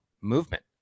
movement